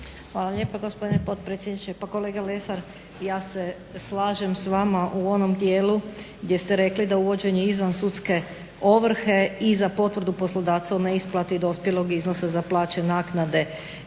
Hvala lijepo gospodine potpredsjedniče. Pa kolega Lesar ja se slažem s vama u onom dijelu gdje ste rekli da uvođenje izvansudske ovrhe i za potvrdu poslodavca o neisplati dospjelog iznosa za plaće, naknade